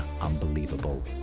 Unbelievable